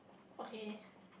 okay